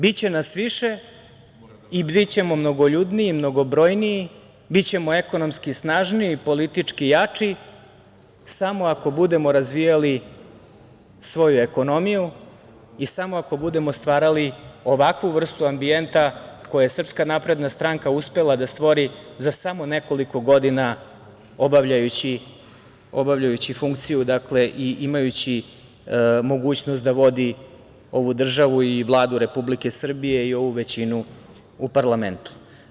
Biće nas više i bićemo mnogoljudniji i mnogobrojniji, bićemo ekonomski snažniji i politički jači samo ako budemo razvijali svoju ekonomiju i samo ako budemo stvarali ovakvu vrstu ambijenta koji je SNS uspela da stvori za samo nekoliko godina obavljajući funkciju i imajući mogućnost da vodi ovu državu i Vladu Republike Srbije i ovu većinu u parlamentu.